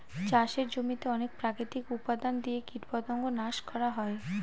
চাষের জমিতে অনেক প্রাকৃতিক উপাদান দিয়ে কীটপতঙ্গ নাশ করা হয়